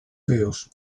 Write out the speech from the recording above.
feos